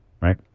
right